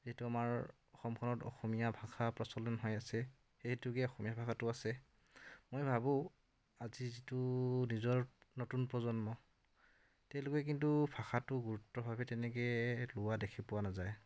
যিটো আমাৰ অসমখনত অসমীয়া ভাষা প্ৰচলন হৈ আছে সেই হেতুকে অসমীয়া ভাষাটো আছে মই ভাবোঁ আজি যিটো নিজৰ নতুন প্ৰজন্ম তেওঁলোকে কিন্তু ভাষাটো গুৰুত্বভাৱে তেনেকে লোৱা দেখি পোৱা নাযায়